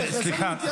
אני מתייחס.